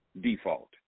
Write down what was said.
default